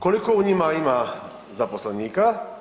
Koliko u njima ima zaposlenika?